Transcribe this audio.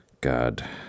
God